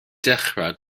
dechrau